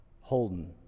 Holden